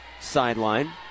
sideline